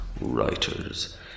Writers